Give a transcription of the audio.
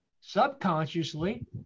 subconsciously